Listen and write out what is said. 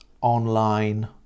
online